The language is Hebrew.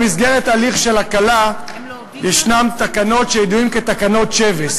במסגרת הליך של הקלה ישנן תקנות שידועות כתקנות שבס.